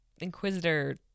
inquisitor